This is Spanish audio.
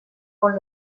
con